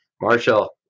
marshall